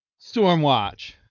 Stormwatch